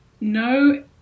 no